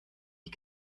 die